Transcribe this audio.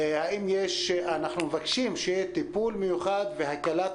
אנחנו מבקשים שיהיה טיפול מיוחד בהקלת